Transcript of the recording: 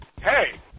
hey